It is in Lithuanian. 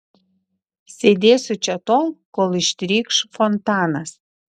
sėdėsiu čia tol kol ištrykš fontanas